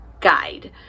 guide